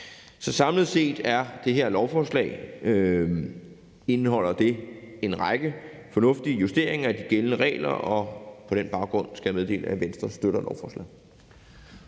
Samlet set indeholder det her lovforslag en række fornuftige justeringer af de gældende regler, og på den baggrund skal jeg meddele, at Venstre støtter lovforslaget.